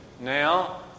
now